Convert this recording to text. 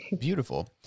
Beautiful